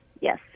yes